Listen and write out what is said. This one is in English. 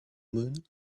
moon